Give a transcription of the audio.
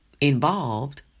involved